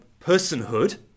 personhood